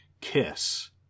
kiss